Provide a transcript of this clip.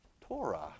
Torah